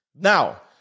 Now